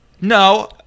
No